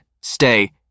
stay